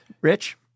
Rich